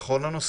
כל הנושא?